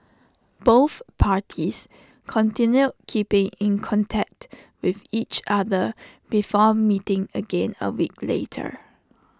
both parties continued keeping in contact with each other before meeting again A week later